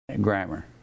grammar